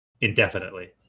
indefinitely